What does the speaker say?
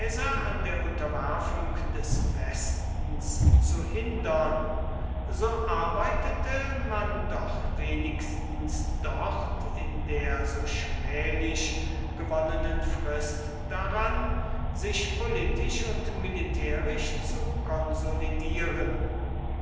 an der unterwerfung des westens zu hindern so arbeitete man doch wenigstens dort in der so schmählich gewonnenen frist daran sich politisch und militärisch zu konsolidieren